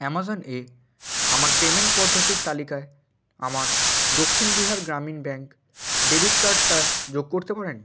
Amazon এ আমার payment পদ্ধতির তালিকায় আমার দক্ষিণ বিহার গ্রামীণ ব্যাঙ্ক ডেবিট কার্ডটা যোগ করতে পারেন